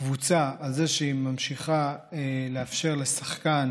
קבוצה על זה שהיא ממשיכה לאפשר לשחקן